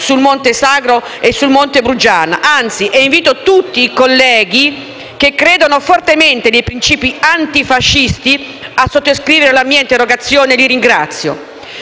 sul Monte Sagro e sul Monte Brugiana e invito tutti i colleghi che credono fortemente nei principi antifascisti a sottoscrivere la mia interrogazione e li ringrazio.